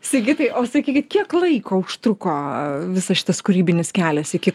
sigitai o sakykit kiek laiko užtruko visas šitas kūrybinis kelias iki